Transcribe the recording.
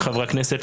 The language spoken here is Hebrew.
גם מחברי הכנסת,